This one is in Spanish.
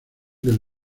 del